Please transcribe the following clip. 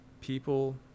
people